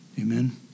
Amen